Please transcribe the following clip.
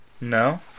No